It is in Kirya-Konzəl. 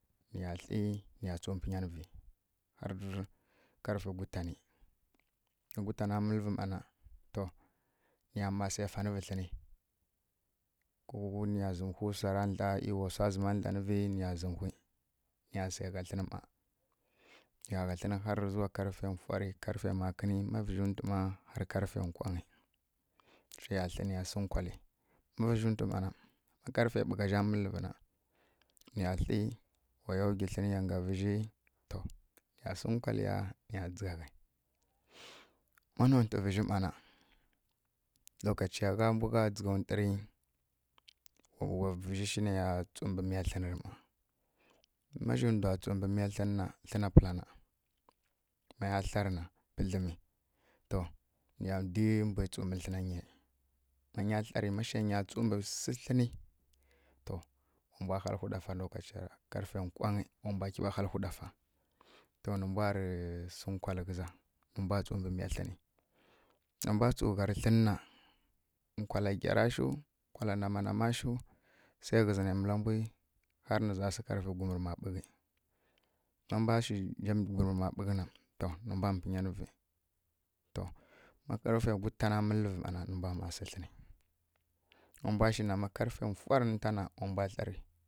Niya tli niya tsu mpinyanǝ vi har karfe gutanǝ ma gutana mǝllǝvǝ mana to niya ma se fanǝvǝ tlinǝ ko niyan zimhu wsa ra dla mi wa wsa zima dlanǝvi niyas zǝmǝ whi niya se gha tlǝnǝ ma niya gha tlǝnǝ har zuwa karfe mfwari karfe makǝni ma vǝzji wtǝ ma har karfe nkwangyi zje ya tle niya sǝ nkwali ma vǝzje ntwu ma na ma karfe ɓugha zja mǝllǝvǝna niya tle waya wgwi tlǝnǝ ya ga vǝzji to niya sǝ nkwalǝya niya dzǝgha ghai ma nontǝ vǝzji ma na lokaciya gha bu gha dzǝgha ntwǝri wa vǝzji shi neya tsu mbi tlenǝ yarǝ ma ma zje ndwa tsu mbǝ miya tlǝnǝ na tlǝna pǝla na maya tlarǝ na pǝdlǝmi to niya di mbwǝ tsu di tlǝna nyi ma nya tlari ma zje nya tsu mbǝ mǝlǝ tlǝni to wa mbwa halǝhwǝ ɗafa lokachara karfe nkwanyi wabwa kuɓa halwhǝ ɗafa to nǝ mbwa rǝn si nkwalǝ ghǝza nǝ mbwa tsu mbǝ miya tlǝni ma mbwa tsu gharǝ tlǝn na nkwalla ghyara shu kwalla nama nama shu sai ghǝzǝ na mǝla mbwi har nǝza sǝghǝrǝ karfe gwumrǝma ɓughi ma mbwa shi njamdi gwumrǝn ma ɓughǝ na to nǝ mbwa mpinyanǝvǝ to ma karfe gutana mǝllǝvǝ ma na nǝ mbwa ma si tlǝni ma mbwa shi na ma karfe fwarǝ na wa mbwa tlari